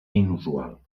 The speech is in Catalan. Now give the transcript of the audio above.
inusual